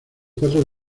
cuatro